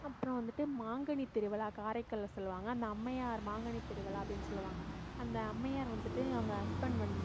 அப்றம் வந்துவிட்டு மாங்கனித்திருவிழா காரைக்காலில் சொல்வாங்க அந்த அம்மையார் மாங்கனித்திருவிழா அப்படின்னு சொல்வாங்க அந்த அம்மையார் வந்துவிட்டு அவங்க ஹஸ்பண்ட் வந்து